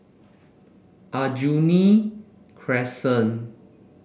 Aljunied Crescent